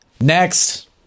Next